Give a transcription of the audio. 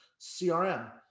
CRM